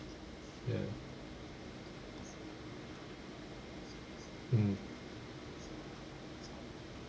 ya mm ya